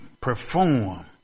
perform